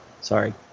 sorry